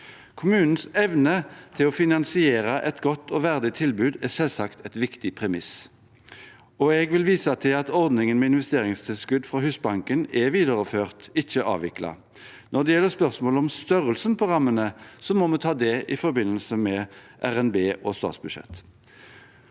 Kommunenes evne til å finansiere et godt og verdig tilbud er selvsagt et viktig premiss, og jeg vil vise til at ordningen med investeringstilskudd fra Husbanken er videreført, ikke avviklet. Spørsmålet om størrelsen på rammene må vi ta i forbindelse med RNB og statsbudsjettet.